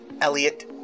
Elliot